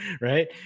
Right